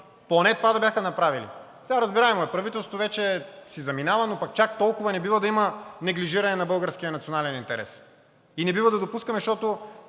поне това да бяха направили. Сега, разбираемо е, правителството вече си заминава, но пък чак толкова не бива да има неглижиране на българския национален интерес и не бива да допускаме, защото